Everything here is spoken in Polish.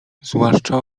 zwłaszcza